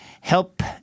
help